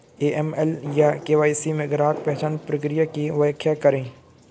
AML या KYC में ग्राहक पहचान प्रक्रिया की व्याख्या करें?